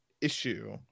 issue